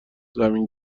زمین